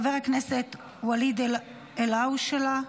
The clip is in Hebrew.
חבר הכנסת ואליד אלהואשלה,